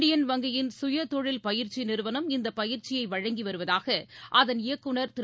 Indian வங்கியின் சுயதொழில் பயிற்சி நிறுவனம் இந்தப் பயிற்சியை வழங்கி வருவதாக அதன் இயக்குநர் திரு